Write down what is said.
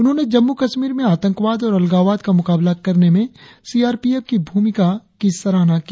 उन्होंने जम्मू कश्मीर में आतंकवाद और अलगावाद का मुकाबला करने में सी आर पी एफ की भूमिका कइ सराहना की